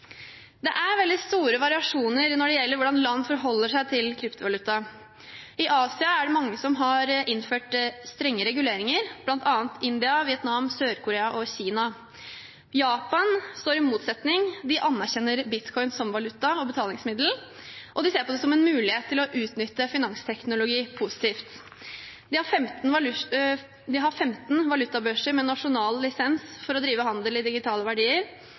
Det er veldig store variasjoner når det gjelder hvordan land forholder seg til kryptovaluta. I Asia er det mange som har innført strenge reguleringer, bl.a. India, Vietnam, Sør-Korea og Kina. Japan står i motsetning, de anerkjenner bitcoin som valuta og betalingsmiddel, og de ser på det som en mulighet til å utnytte finansteknologi positivt. De har 15 valutabørser med nasjonal lisens for å drive handel i digitale verdier